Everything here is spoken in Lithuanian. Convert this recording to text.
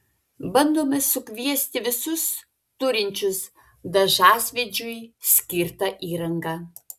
bandome sukviesti visus turinčius dažasvydžiui skirtą įrangą